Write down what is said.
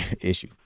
issue